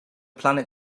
planet